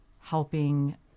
helping